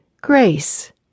Grace